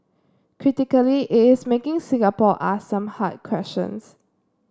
critically it is making Singapore ask some hard questions